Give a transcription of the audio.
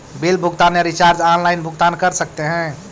Bill भुगतान या recharge online भुगतान कर सकते हैं?